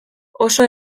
oso